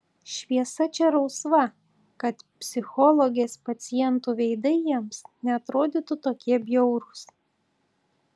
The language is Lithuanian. šviesa čia rausva kad psichologės pacientų veidai jiems neatrodytų tokie bjaurūs